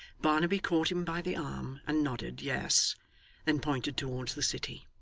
barnaby caught him by the arm, and nodded yes then pointed towards the city.